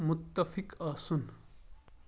مُتَفِق آسُن